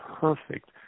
perfect